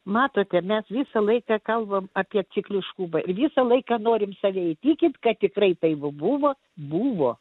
matote mes visą laiką kalbam apie cikliškumą ir visą laiką norim save įtikint kad tikrai taip buvo buvo